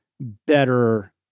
better